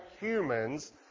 humans